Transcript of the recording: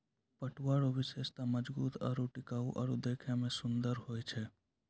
पटुआ रो विशेषता मजबूत आरू टिकाउ आरु देखै मे सुन्दर होय छै